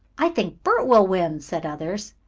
i think bert will win! said others.